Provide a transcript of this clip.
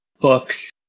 books